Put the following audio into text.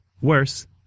Worse